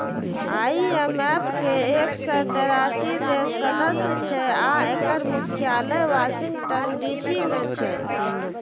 IMF के एक सय तेरासी देश सदस्य छै आ एकर मुख्यालय वाशिंगटन डी.सी मे छै